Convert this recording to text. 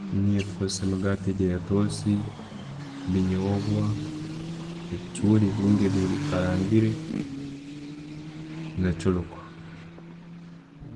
Niiyo tukozesa emigaati egyo eyatoosi, binyobwa, ebichooli ebirungi ebikarangire na chorooko.